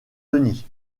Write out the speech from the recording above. denis